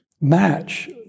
match